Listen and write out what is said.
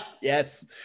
Yes